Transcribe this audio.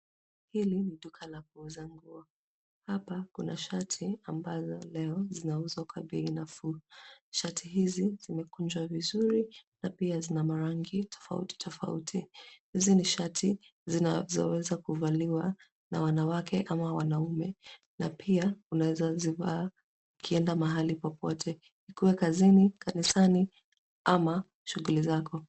Hili ni duka la kuuza nguo. Hapa kuna shati ambazo leo zinauzwa kwa bei nafuu. Shati hizi zimekunjwa vizuri na pia zina marangi tofauti tofauti. Hizi ni shati zinazoweza kuvaliwa na wanawake ama wanaume na pia unaweza zivaa ukienda mahali popote ikuwe kazini, kanisani ama shughuli zako.